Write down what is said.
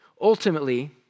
Ultimately